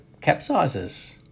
capsizes